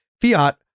fiat